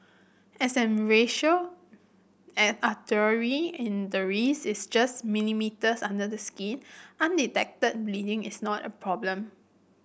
as the racial an artery in the wrist is just millimetres under the skin undetected bleeding is not a problem